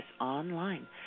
online